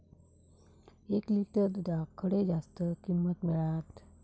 एक लिटर दूधाक खडे जास्त किंमत मिळात?